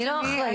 אני לא אחראית.